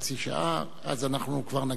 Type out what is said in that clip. ואז אנחנו כבר נגיע להצבעה.